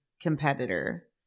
competitor